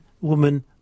women